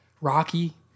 Rocky